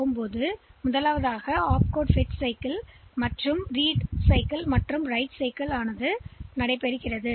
எனவே இது சில ஒப்கோட் மூலம் செயல்படுத்தப்பட்டுசைக்கிள்யைப் படித்து சைக்கிள்யைஎழுதும்